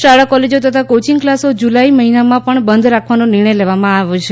શાળા કોલેજો તથા કોચીંગ ક્લાસો જુલાઈ મહિનામાં પણ બંધ રાખવાનો નિર્ણય લેવાયો છે